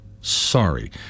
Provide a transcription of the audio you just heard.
Sorry